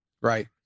Right